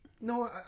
No